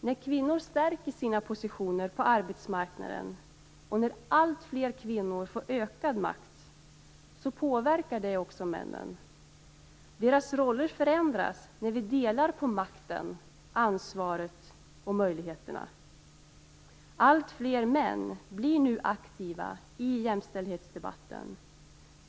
När kvinnor stärker sina positioner på arbetsmarknaden och när alltfler kvinnor får ökad makt påverkar det också männen. Männens roller förändras när vi delar på makten, ansvaret och möjligheterna. Alltfler män blir nu aktiva i jämställdhetsdebatten.